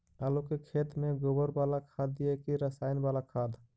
आलू के खेत में गोबर बाला खाद दियै की रसायन बाला खाद?